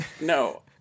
No